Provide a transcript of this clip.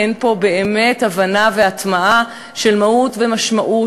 אין פה באמת הבנה והטמעה של מהות ומשמעות